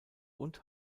und